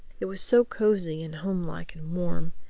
it was so cozy and home-like and warm.